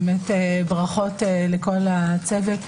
באמת ברכות לכל הצוות.